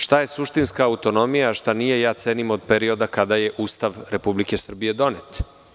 Šta je suštinska autonomija, a šta nije, ja cenim od perioda kada je Ustav Republike Srbije donet.